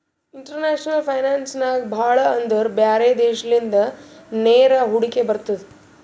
international finance ನಾಗ್ ಭಾಳ ಅಂದುರ್ ಬ್ಯಾರೆ ದೇಶಲಿಂದ ನೇರ ಹೂಡಿಕೆ ಬರ್ತುದ್